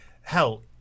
hell